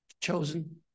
chosen